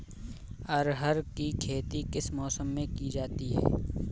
अरहर की खेती किस मौसम में की जाती है?